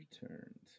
returned